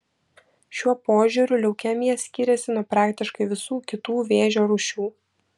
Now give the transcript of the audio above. šiuo požiūriu leukemija skyrėsi nuo praktiškai visų kitų vėžio rūšių